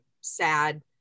sad